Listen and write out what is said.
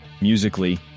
Musically